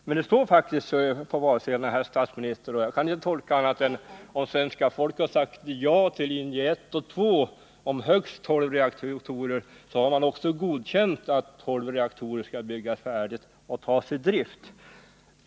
Men det står faktiskt så här på valsedlarna, herr statsminister, och jag kan inte tolka det på annat sätt än att om svenska folket har sagt ja till linjerna 1 och 2 och till högst tolv reaktorer, så har man också godkänt att tolv reaktorer skall få byggas färdiga och tas i drift.